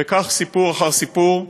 וכך סיפור אחר סיפור.